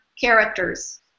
characters